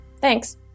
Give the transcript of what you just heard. Thanks